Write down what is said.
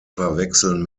verwechseln